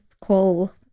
call